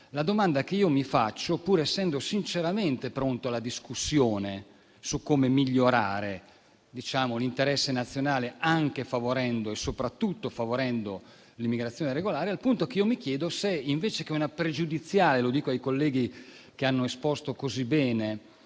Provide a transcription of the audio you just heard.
la domanda che mi faccio - pur essendo sinceramente pronto alla discussione su come migliorare l'interesse nazionale, anche e soprattutto favorendo l'immigrazione regolare - è se, invece che una pregiudiziale - lo dico ai colleghi che hanno esposto così bene